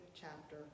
chapter